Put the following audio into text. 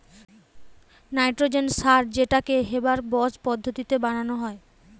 nitrogen সার সার যেটাকে হেবার বস পদ্ধতিতে বানানা হয়